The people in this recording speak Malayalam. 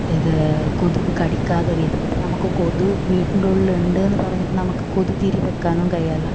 ഇത് കൊതുക് കടിക്കാത്ത രീതിയിൽ ഇപ്പോൾ നമുക്ക് കൊതു വീട്ടിൻ്റെ ഉള്ളിൽ ഉണ്ട് എന്ന് പറഞ്ഞിട്ട് നമുക്ക് കൊതുക് തിരി വെക്കാനും കഴിയല്ല